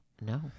No